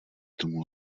tomu